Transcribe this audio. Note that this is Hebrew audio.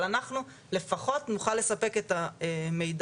אבל אנחנו לפחות נוכל לספק את המידע.